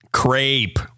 Crepe